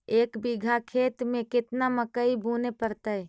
एक बिघा खेत में केतना मकई बुने पड़तै?